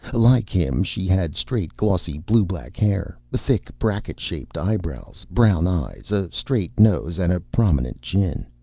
like him, she had straight glossy blue-black hair, thick bracket-shaped eyebrows, brown eyes, a straight nose and a prominent chin.